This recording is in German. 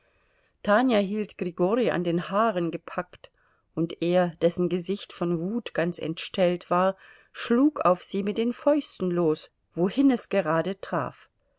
tanja hielt grigori an den haaren gepackt und er dessen gesicht von wut ganz entstellt war schlug auf sie mit den fäusten los wohin es gerade traf